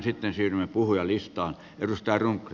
sitten siirrymme puhujalistaan